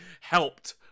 helped